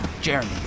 Jeremy